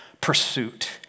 pursuit